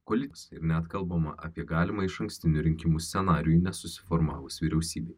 koliks ir net kalbama apie galimą išankstinių rinkimų scenarijų nesusiformavus vyriausybei